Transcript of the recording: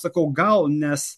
aš sakau gal nes